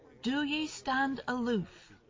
do ye stand aloof.